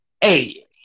Hey